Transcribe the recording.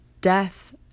death